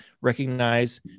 recognize